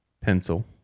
pencil